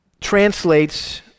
translates